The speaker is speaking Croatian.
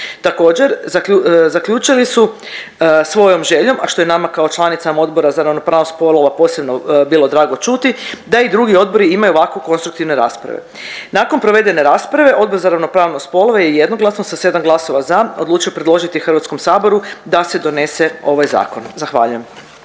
Također zaključili su svojom željom, a što je nama kao članicama Odbora za ravnopravnost spolova posebno bilo drago čuti da i drugi odbori imaju ovako konstruktivne rasprave. Nakon provedene rasprave Odbor za ravnopravnost spolova je jednoglasno sa 7 glasova za odlučio predložiti HS da se donese ovaj zakon, zahvaljujem.